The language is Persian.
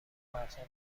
مردها